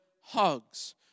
hugs